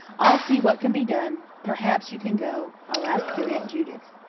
i'll see what can be done. perhaps you can go. i'll ask your aunt judith.